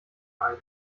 ein